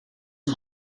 een